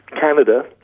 Canada